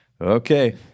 okay